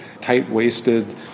tight-waisted